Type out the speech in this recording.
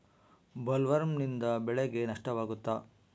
ಬೊಲ್ವರ್ಮ್ನಿಂದ ಬೆಳೆಗೆ ನಷ್ಟವಾಗುತ್ತ?